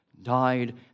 died